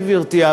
גברתי,